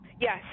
Yes